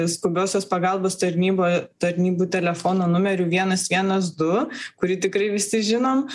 skubiosios pagalbos tarnyba tarnybų telefono numeriu vienas vienas du kurį tikrai visi žinom